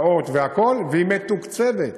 הפקעות והכול, והיא מתוקצבת.